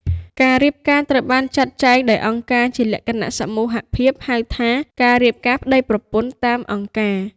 ការរៀបការត្រូវបានចាត់ចែងដោយអង្គការ ជាលក្ខណៈសមូហភាព ឬហៅថា "ការរៀបការប្តីប្រពន្ធតាមអង្គការ"។